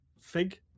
Fig